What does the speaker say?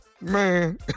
Man